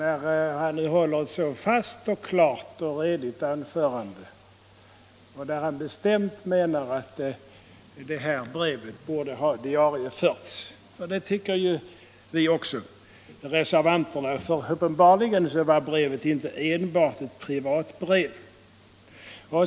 I sitt klara och rediga anförande uttrycker han den bestämda meningen att det nämnda brevet borde ha diarieförts, och det tycker ju också vi reservanter. Brevet var uppenbarligen inte enbart ett privatbrev.